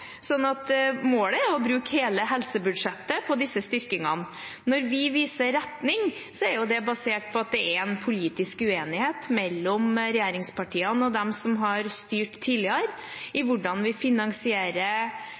Målet er å bruke hele helsebudsjettet på disse styrkingene. Når vi viser retning, er det basert på at det er en politisk uenighet mellom regjeringspartiene og dem som har styrt tidligere, i hvordan vi finansierer